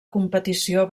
competició